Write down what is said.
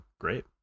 great